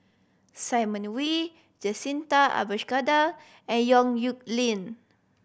Simon Wee Jacintha Abisheganaden and Yong Nyuk Lin